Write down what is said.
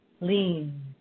lean